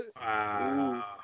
Wow